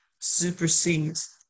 supersedes